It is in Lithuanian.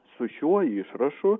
su šiuo išrašu